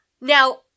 Now